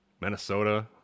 Minnesota